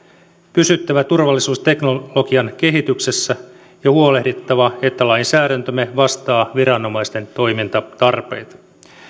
pysyttävä turvallisuusteknologian kehityksessä ja huolehdittava että lainsäädäntömme vastaa viranomaisten toimintatarpeita